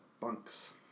bunks